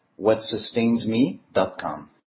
whatsustainsme.com